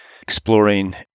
exploring